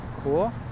cool